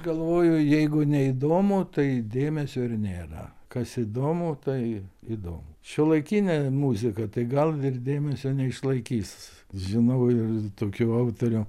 galvoju jeigu neįdomu tai dėmesio ir nėra kas įdomu tai įdomu šiuolaikinė muzika tai gal ir dėmesio neišlaikys žinau ir tokių autorių